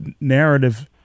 narrative